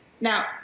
Now